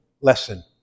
lesson